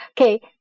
Okay